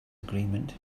agreement